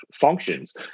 functions